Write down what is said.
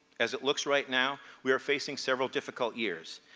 as it looks right now, we are facing several difficult years.